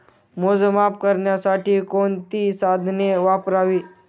मोजमाप करण्यासाठी कोणती साधने वापरावीत?